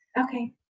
Okay